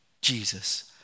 Jesus